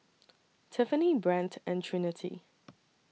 Tiffanie Brent and Trinity